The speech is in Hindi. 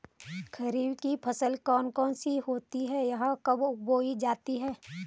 खरीफ की फसल कौन कौन सी होती हैं यह कब बोई जाती हैं?